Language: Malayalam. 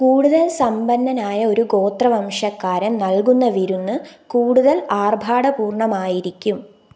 കൂടുതല് സമ്പന്നനായ ഒരു ഗോത്രവംശക്കാരൻ നൽകുന്ന വിരുന്ന് കൂടുതൽ ആര്ഭാടപൂര്ണ്ണമായിരിക്കും